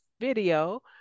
video